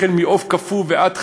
החל מעוף קפוא ועד חלב,